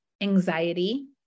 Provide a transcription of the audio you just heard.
anxiety